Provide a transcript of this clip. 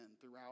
throughout